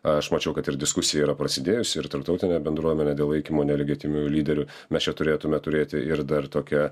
aš mačiau kad ir diskusija yra prasidėjusi ir tarptautinė bendruomenė dėl laikymo nelegitimiu lyderiu mes čia turėtume turėti ir dar tokią